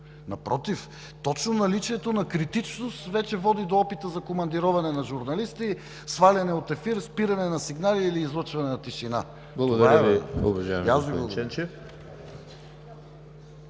Напротив, точно наличието на критичност вече води до опита за командироване на журналисти, сваляне от ефир, спиране на сигнали или излъчване на тишина… ПРЕДСЕДАТЕЛ ЕМИЛ ХРИСТОВ: Благодаря Ви, уважаеми господин Ченчев.